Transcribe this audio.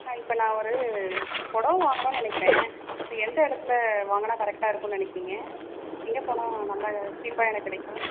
ஆ இப்போ நான் ஒரு புடவ வாங்கணுன்னு நினக்கிறேன் இப்போ எந்த இடத்துல வாங்குனா கரெக்டாக இருக்குன்னு நினைக்கிறீங்க எங்கே போனால் நல்ல சீப்பாக எனக்கு கிடைக்கும்